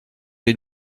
les